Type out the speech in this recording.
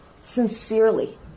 sincerely